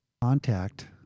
Contact